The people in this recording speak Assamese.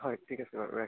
হয় ঠিক আছে বাৰু